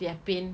their paint